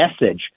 message